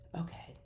Okay